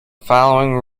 following